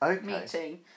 meeting